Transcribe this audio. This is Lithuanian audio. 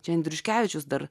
čia andriuškevičius dar